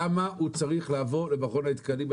למה הוא צריך לעבור למכון התקנים?